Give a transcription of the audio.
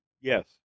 yes